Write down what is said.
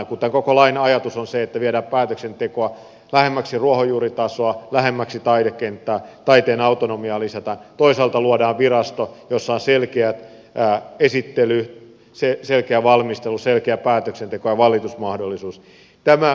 kun tämän koko lain ajatus on se että viedään päätöksentekoa lähemmäksi ruohonjuuritasoa lähemmäksi taidekenttää taiteen autonomiaa lisätään toisaalta luodaan virasto jossa on selkeä esittely selkeä valmistelu selkeä päätöksenteko ja valitusmahdollisuus